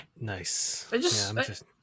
Nice